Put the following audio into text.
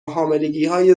حاملگیهای